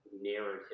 narrative